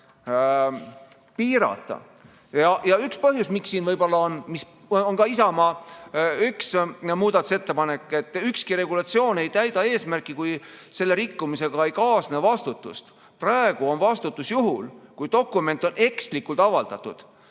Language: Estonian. Üks põhjus, mis siin on ja mis on ka Isamaa üks muudatusettepanekuid, on see, et ükski regulatsioon ei täida eesmärki, kui selle rikkumisega ei kaasne vastutust. Praegu on vastutus juhul, kui dokument on ekslikult avaldatud,